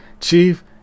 Chief